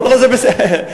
זה בסדר.